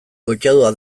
koitadua